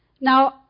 Now